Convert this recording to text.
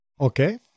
Okay